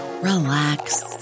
relax